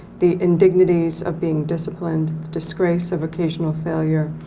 the indignities of being disciplined, disgrace of occasional failure,